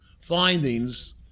findings